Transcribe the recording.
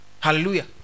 Hallelujah